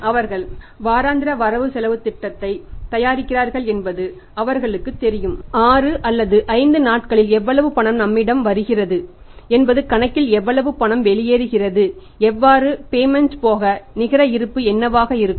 அவர்கள் வாராந்திர வரவு செலவுத் திட்டங்களைத் தயாரிக்கிறார்கள் என்பது அவர்களுக்குத் தெரியும் அடுத்த 6 அல்லது 5 நாட்களில் எவ்வளவு பணம் நம்மிடம் வருகிறது என்பது கணக்கில் எவ்வளவு பணம் வெளியேறுகிறது வெவ்வேறு பேமென்ட் போக நிகர இருப்பு என்னவாக இருக்கும்